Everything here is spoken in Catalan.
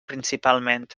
principalment